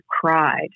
cried